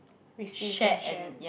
receive then share